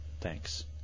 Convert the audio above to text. Thanks